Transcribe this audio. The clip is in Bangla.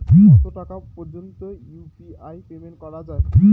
কত টাকা পর্যন্ত ইউ.পি.আই পেমেন্ট করা যায়?